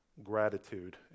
Gratitude